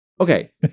Okay